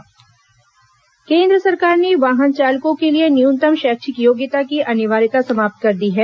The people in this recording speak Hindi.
सरकार ड्राइवर केन्द्र सरकार ने वाहन चालकों के लिए न्यूनतम शैक्षिक योग्यता की अनिवार्यता समाप्त कर दी है